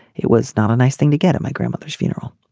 it was not a nice thing to get at my grandmother's funeral.